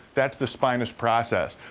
that's the spinous process.